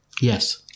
Yes